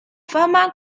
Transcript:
fama